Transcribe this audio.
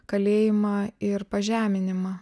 kalėjimą ir pažeminimą